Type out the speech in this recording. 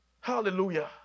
Hallelujah